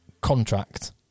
contract